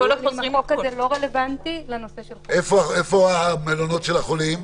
איפה המלונות של החולים?